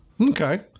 okay